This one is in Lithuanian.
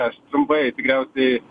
aš trumpai tikriausiai